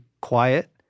quiet